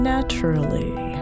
Naturally